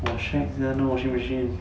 !wah! shag sia no washing machine